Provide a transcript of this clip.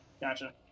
Gotcha